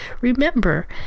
remember